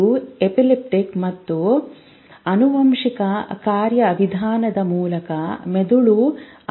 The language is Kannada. ಇದು ಎಪಿಜೆನೆಟಿಕ್ ಮತ್ತು ಆನುವಂಶಿಕ ಕಾರ್ಯವಿಧಾನದ ಮೂಲಕ ಮೆದುಳು ಅದರ ಮೇಲೆ ವಿಕಸನಗೊಳ್ಳುತ್ತದೆ